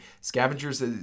Scavengers